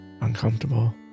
uncomfortable